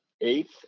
eighth